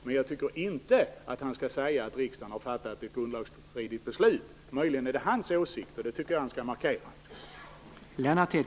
Men jag tycker inte att han skall säga att riksdagen har fattat ett grundlagstridigt beslut. Möjligen är detta hans åsikt. I så fall tycker jag att han skall markera det.